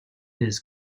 his